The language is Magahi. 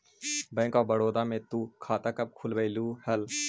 बैंक ऑफ बड़ोदा में तु खाता कब खुलवैल्ही हल